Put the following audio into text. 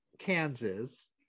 Kansas